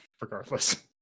Regardless